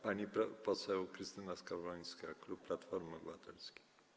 Pani poseł Krystyna Skowrońska, klub Platformy Obywatelskiej.